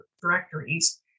directories